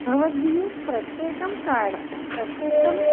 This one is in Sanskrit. भवद्भिः प्रत्येकं कार्ड् प्रत्येकम्